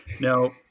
Now